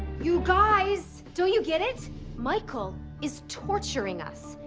you guys, don't you get it michael is torturing us.